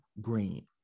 Green